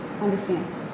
understand